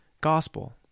gospel